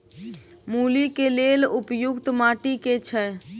मूली केँ लेल उपयुक्त माटि केँ छैय?